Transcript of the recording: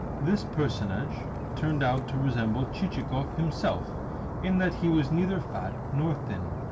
this personage turned out to resemble chichikov himself in that he was neither fat nor thin.